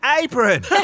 apron